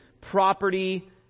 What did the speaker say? property